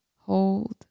hold